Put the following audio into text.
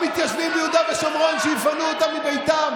המתיישבים ביהודה ושומרון שיפנו אותם מביתם,